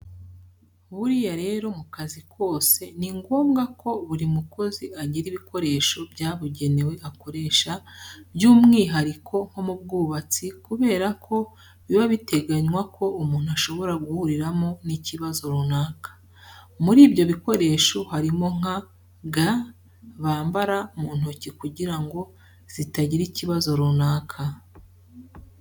Buriya rero mu kazi kose ni ngombwa ko buri mukozi agira ibikoresho byabugenewe akoresha by'umwihariko nko mu bwubatsi kubera ko biba biteganywa ko umuntu ashobora guhuriramo n'ikibazo runaka. Muri ibyo bikoresho harimo nka ga bambara mu ntoki kugira zitagira ikibazo runaka.